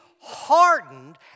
hardened